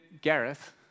Gareth